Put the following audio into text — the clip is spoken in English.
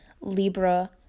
Libra